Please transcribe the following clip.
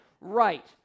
right